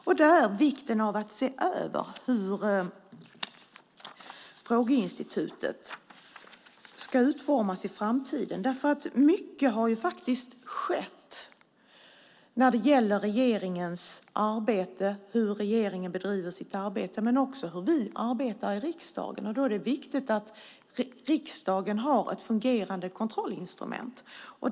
Det handlar om vikten av att se över hur frågeinstituten ska utformas i framtiden. Mycket har skett när det gäller hur regeringen bedriver sitt arbete och även när det gäller hur vi arbetar i riksdagen. Det är viktigt att riksdagen har ett fungerande kontrollinstrument.